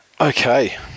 Okay